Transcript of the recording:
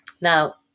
Now